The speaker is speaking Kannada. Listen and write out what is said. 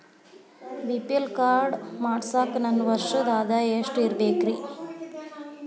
ಬಿ.ಪಿ.ಎಲ್ ಕಾರ್ಡ್ ಮಾಡ್ಸಾಕ ನನ್ನ ವರ್ಷದ್ ಆದಾಯ ಎಷ್ಟ ಇರಬೇಕ್ರಿ?